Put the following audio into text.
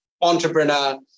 entrepreneur